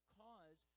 cause